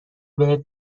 بهت